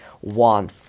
one